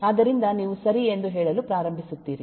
ಆದ್ದರಿಂದ ನೀವು ಸರಿ ಎಂದು ಹೇಳಲು ಪ್ರಾರಂಭಿಸುತ್ತೀರಿ